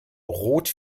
rot